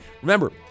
Remember